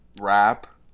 rap